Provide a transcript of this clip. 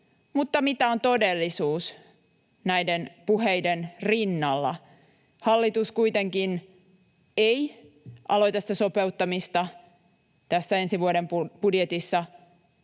mutta mitä on todellisuus näiden puheiden rinnalla? Hallitus kuitenkaan ei aloita sitä sopeuttamista tässä ensi vuoden budjetissa,